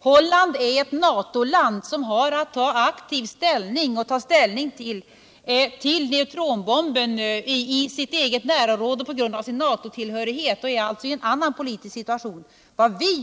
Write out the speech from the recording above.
Holland är ett NATO-land, som har att ta ställning till neutronbomben i sitt eget närområde och på grund av sin NATO-tillhörighet. Holland är alltså i en annan politisk situation än vi.